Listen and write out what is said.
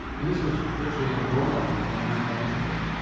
and this was literally a door-knock of about nine thousand people?